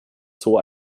zoo